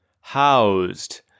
housed